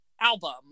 album